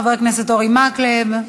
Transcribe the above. חבר הכנסת אורי מקלב.